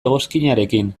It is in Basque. egoskinarekin